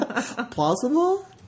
Plausible